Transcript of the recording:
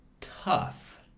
tough